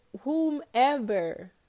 whomever